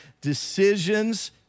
decisions